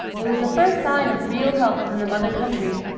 it was the first sign of real help from the mother country.